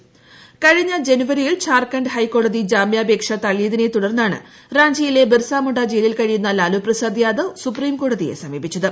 ് കഴിഞ്ഞ ജനുവരിയിൽ ത്ധാർഖണ്ഡ് ഹൈക്കോടതി ജാമ്യാപ്പേക്ഷ തള്ളിയതിനെ തുടർന്നാണ് റാഞ്ചിയിലെ ബിർസാമുണ്ട ജയിലിൽ കഴിയുന്ന ലാലുപ്രസാദ് യാദവ് സൂപ്രീംകോടതിയെ സമ്മീപ്പിച്ചത്